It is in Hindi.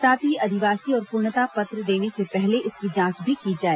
साथ ही अधिवासी और पूर्णता पत्र देने से पहले इसकी जांच भी की जाए